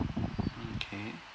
mm K